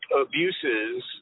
abuses